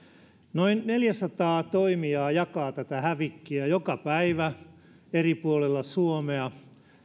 noin neljäsataa toimijaa jakaa tätä hävikkiä joka päivä eri puolilla suomea